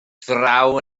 draw